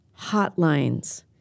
hotlines